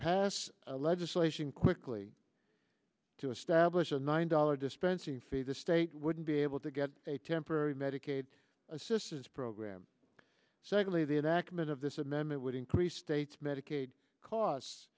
pass legislation quickly to establish a nine dollar dispensing fee the state wouldn't be able to get a temporary medicaid assistance program secondly the enactment of this amendment would increase state's medicaid costs